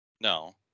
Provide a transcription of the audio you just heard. No